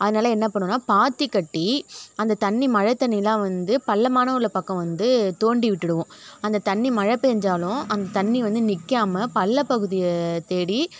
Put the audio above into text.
அதனால் என்ன பண்ணுவன்னா பாத்தி கட்டி அந்த தண்ணி மழை தண்ணிலாம் வந்து பள்ளமான உள்ளே பக்கம் வந்து தோண்டி விட்டுடுவோம் அந்த தண்ணி மழை பெஞ்சாலும் அந்த தண்ணி வந்து நிக்காமல் பள்ளபகுதியை தேடி